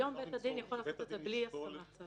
היום בית הדין יכול לעשות את זה בלי הסכמת צד.